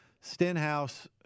Stenhouse